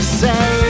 say